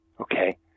Okay